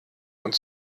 und